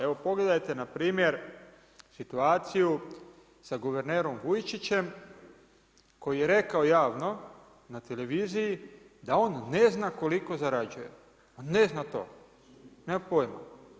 Evo pogledajte npr. situaciju sa guvernerom Vujčićem koji je rekao javno na televiziji da on ne zna koliko zarađuje, ne zna to, nema pojma.